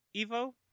Evo